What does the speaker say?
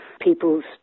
people's